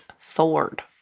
sword